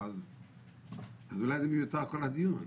אז אולי זה מיותר כל הדיון.